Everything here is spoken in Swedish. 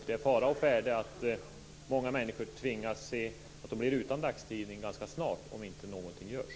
Det är fara för att många människor blir utan dagstidning ganska snart, om ingenting görs.